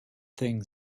thing